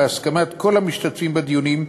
בהסכמת כל המשתתפים בדיונים,